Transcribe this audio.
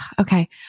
Okay